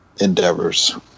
endeavors